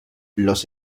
los